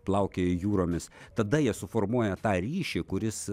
plaukioja jūromis tada jie suformuoja tą ryšį kuris